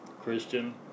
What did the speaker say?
Christian